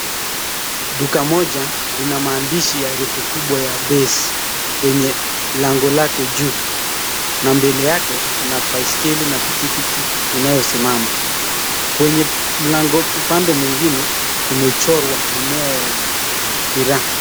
Duka moja, lina maandishi ya herufi kubwa ya (cs) BASE (cs) kwenye lango lake juu, na mbele yake kuna baiskeli na pikipiki inayosimama kwenye mlango upande mwingine umechorwa mimea ya miraa.